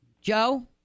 Joe